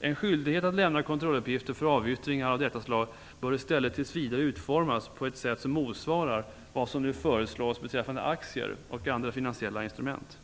En skyldighet att lämna kontrolluppgifter för avyttringar av detta slag bör i stället tills vidare utformas på ett sätt som motsvarar vad som nu föreslås beträffande aktier och andra finansiella instrument.